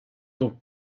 donc